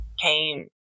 came